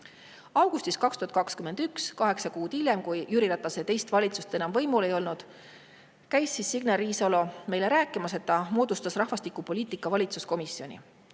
Augustis 2021, kaheksa kuud [pärast seda], kui Jüri Ratase teist valitsust enam võimul ei olnud, käis Signe Riisalo meile rääkimas, et ta moodustas rahvastikupoliitika valitsuskomisjoni.